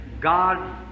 God